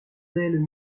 delle